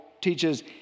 teaches